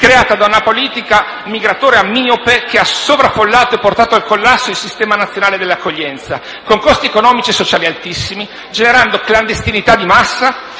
creata da una politica migratoria miope, che ha sovraffollato e portato al collasso il sistema nazionale di accoglienza, con costi economici e sociali altissimi, generando clandestinità di massa,